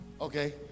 Okay